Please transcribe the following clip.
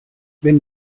wenn